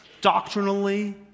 doctrinally